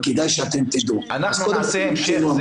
אבל כדאי שאתם תדעו --- אנחנו נעשה ישיבת המשך,